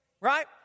right